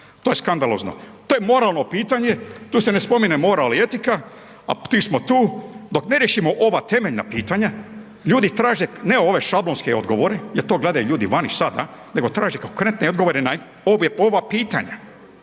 To je skandalozno, to je moralno pitanje, tu se ne spominje moral i etika, a di smo tu, dok ne riješimo ova temeljna pitanja, ljudi traže, ne ove šablonske odgovore jer to gledaju ljudi vani sada, nego traže konkretne odgovore na ova pitanja.